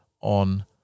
on